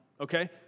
Okay